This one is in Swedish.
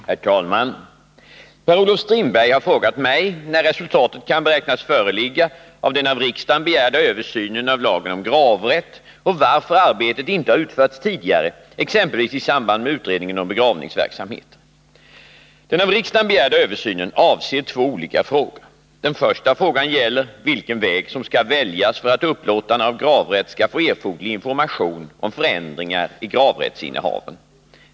Herr talman! Per-Olof Strindberg har frågat mig när resultatet kan beräknas föreligga av den av riksdagen begärda översynen av lagen om gravrätt och varför arbetet inte har utförts tidigare, exempelvis i samband med utredningen om begravningsverksamheten. Den av riksdagen begära översynen avser två olika frågor . Den första frågan gäller vilken väg som skall väljas för att upplåtarna av gravrätt skall få erforderlig information om förändringar av gravrättsinnehavaren.